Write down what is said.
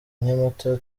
nyamata